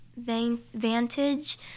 Vantage